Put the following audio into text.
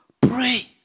pray